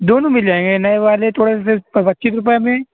دونوں مِل جائیں گے نئے والے تھوڑے سے پچیس روپیے میں